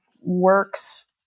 works